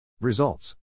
Results